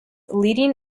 leading